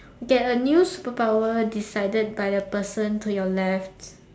get a new superpower decided by the person to your left